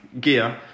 gear